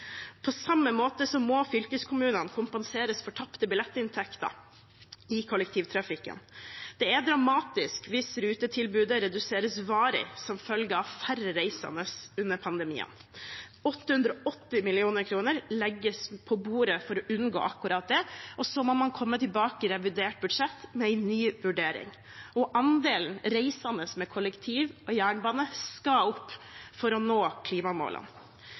På samme måte må fylkeskommunene kompenseres for tapte billettinntekter i kollektivtrafikken. Det er dramatisk hvis rutetilbudet reduseres varig som følge av færre reisende under pandemien. 880 mill. kr legges på bordet for å unngå akkurat det, og så må man komme tilbake i revidert budsjett med en ny vurdering. Andelen reisende med kollektiv og jernbane skal opp for å nå klimamålene.